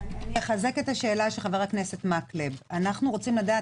אחזק את השאלה של חבר הכנסת מקלב אנו רוצים לדעת